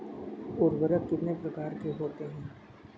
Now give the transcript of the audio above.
उर्वरक कितने प्रकार के होते हैं?